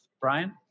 Brian